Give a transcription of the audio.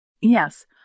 Yes